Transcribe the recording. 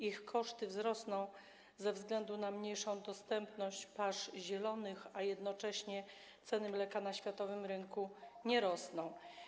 Ich koszty wzrosną ze względu na mniejszą dostępność pasz zielonych, a jednocześnie ceny mleka na światowym rynku nie rosną.